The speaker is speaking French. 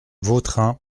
vautrin